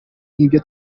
nk’ibyo